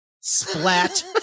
splat